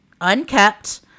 unkept